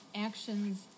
actions